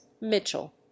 Mitchell